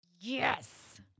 Yes